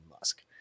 Musk